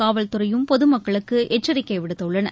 காவல்துறையும் பொதுமக்களுக்குஎச்சரிக்கைவிடுத்துள்ளன